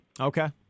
Okay